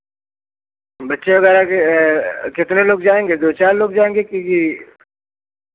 बच्चे वगैरह के कितने लोग जाएँगे दो चार लोग जाएँगे कि कि